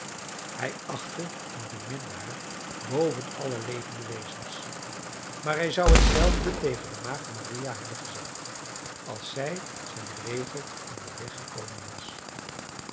hij achtte en beminde haar boven alle levende wezens maar hij zou hetzelfde tegen de maagd maria hebben gezegd als zij zijn regel in den weg gekomen was